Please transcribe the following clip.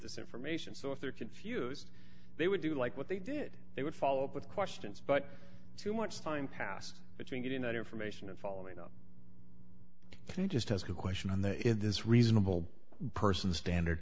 this information so if they're confused they would do like what they did they would follow up with questions but too much time passed between getting that information and following up just ask a question on the in this reasonable person standard